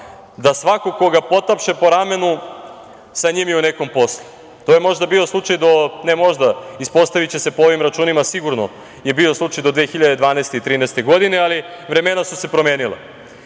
da svako ko ga potapše po ramenu sa njim je nekom poslu. To je možda bio slučaj, ne možda, ispostaviće se po ovim računima sigurno je bio slučaj do 2012. i 2013. godine, ali vremena su se promenila.